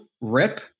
rip